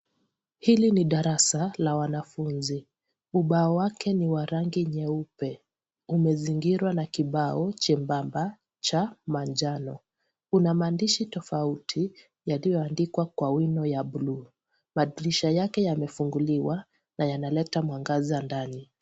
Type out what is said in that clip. Hili ni darasa la wanafunzi. Ubao wake ni wa rangi nyeupe. Umezingirwa na kibao chebamba cha manjano. Una maandishi tofauti yaliyoandikwa kwa wino ya bluu. Madirisha yake yamefunguliwa na yanaleta mwangaza ndani.